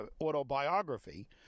autobiography